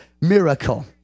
miracle